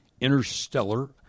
Interstellar